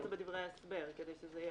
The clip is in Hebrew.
את זה בדברי ההסבר כדי שזה יהיה